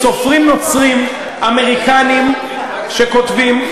סופרים נוצרים, אמריקנים שכותבים,